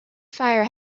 fire